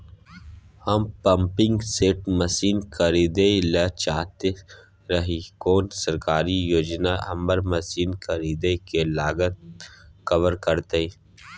हम pumping set machine खरीदैय ल चाहैत रही कोन सरकारी योजना हमर मसीन खरीदय के लागत कवर करतय?